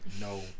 No